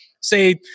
say